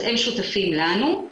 אז הם שותפים לנו.